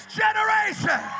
generation